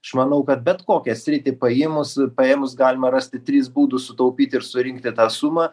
aš manau kad bet kokią sritį paėmus paėmus galima rasti trys būdus sutaupyt ir surinkti tą sumą